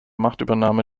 machtübernahme